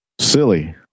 Silly